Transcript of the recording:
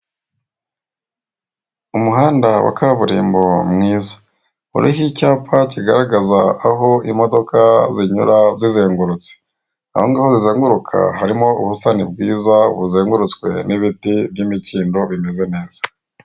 Umuhanda wa kaburimbo mwiza, uriho icyapa kigaragaza aho imodoka zinyura zizenguruse, aho ngaho zizenguka harimo ubusitani bwiza buzengurutswe n'ibintu by'imikindo bimeze neza.